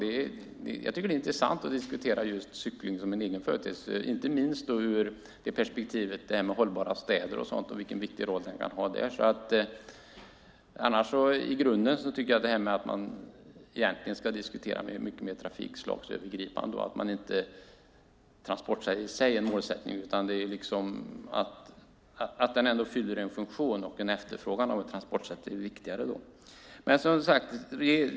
Jag tycker att det är intressant att diskutera just cykling som en egen företeelse, inte minst när det gäller hållbara städer och vilken viktig roll den kan ha där, men i grunden tycker jag att man ska diskutera mycket mer trafikslagsövergripande. Transport i sig är ingen målsättning. Det är viktigare med efterfrågan av ett transportsätt och att det fyller en funktion.